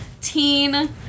teen